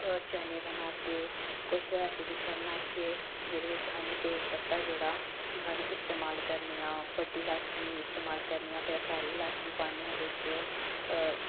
चने बनाचै कुछ ऐसी डिशां बनाचै जेह्दे बिच्च सानूं तेज पत्ता जेह्ड़ा सानूं इस्तेमाल करने आं बड्डी लाची इस्तेमाल करने आं फिर सारी लाची पान्ने आं बिच्च